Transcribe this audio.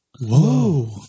Whoa